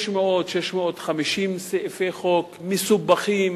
600, 650 סעיפי חוק מסובכים.